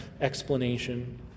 explanation